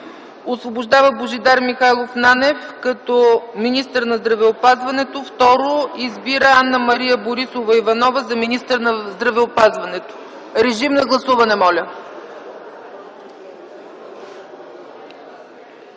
освобождава Божидар Михайлов Нанев като министър на здравеопазването, и второ, избира Анна-Мария Борисова Иванова за министър на здравеопазването. Моля, гласувайте.